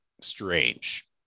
strange